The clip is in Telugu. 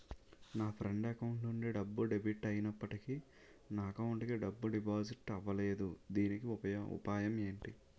నా ఫ్రెండ్ అకౌంట్ నుండి డబ్బు డెబిట్ అయినప్పటికీ నా అకౌంట్ కి డబ్బు డిపాజిట్ అవ్వలేదుదీనికి ఉపాయం ఎంటి?